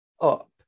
up